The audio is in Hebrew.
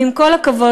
ועם כל הכבוד,